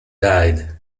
died